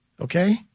okay